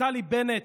נפתלי בנט,